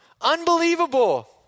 Unbelievable